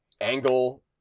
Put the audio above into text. angle